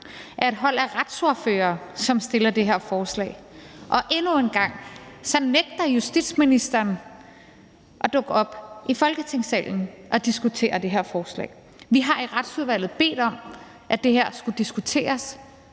gang er et hold af retsordførere, som fremsætter det her forslag, og endnu en gang nægter justitsministeren at dukke op i Folketingssalen og diskutere det her forslag. Vi har i Retsudvalget bedt om, at det her skulle diskuteres